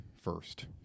first